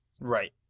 Right